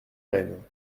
reine